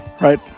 right